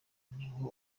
niho